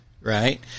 right